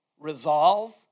Resolve